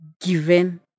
given